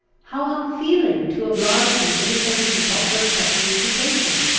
how unfeeling to oblige him to defend himself from such an imputation?